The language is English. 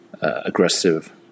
aggressive